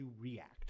react